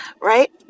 right